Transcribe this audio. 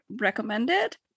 recommended